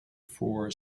for